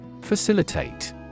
Facilitate